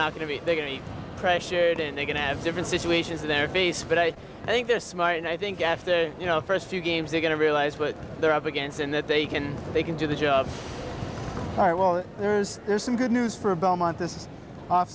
not going to be they're going to be pressured and they're going to have different situations to their face but i think they're smart and i think after you know first few games they're going to realize what they're up against and that they can they can do the job right well there's there's some good news for belmont this off